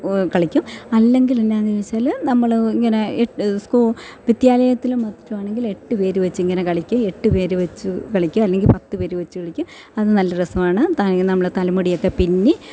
കളിക്കും അല്ലെങ്കിൽ എന്നാന്ന് വെച്ചാല് നമ്മള് ഇങ്ങനെ എട്ട് സ്കൂ വിദ്യാലയത്തിൽ മാത്രമാണെങ്കില് എട്ടുപേര് വെച്ച് ഇങ്ങനെ കളിക്കും എട്ടുപേര് വെച്ച് കളിക്കും അല്ലെങ്കിൽ പത്ത് പേര് വെച്ച് കളിക്കും അത് നല്ല രസമാണ് താ നമ്മുടെ തലമുടിയൊക്കെ പിന്നി